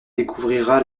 découvrira